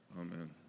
Amen